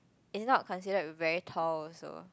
is not considered very tall also